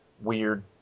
weird